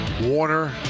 Warner